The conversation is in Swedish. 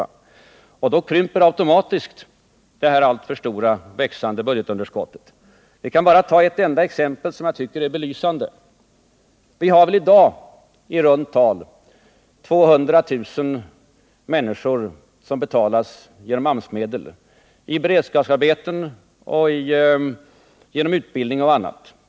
Men med fullt kapacitetsutnyttjande krymper automatiskt det här alltför stora, växande budgetunderskottet. Vi kan bara ta ett enda exempel, som jag tycker är belysande. Vi har i dag i runt tal 200 000 människor som betalas genom AMS-medel, i beredskapsarbeten, utbildning och annat.